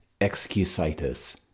excusitis